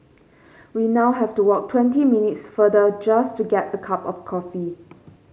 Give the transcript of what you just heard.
we now have to walk twenty minutes farther just to get a cup of coffee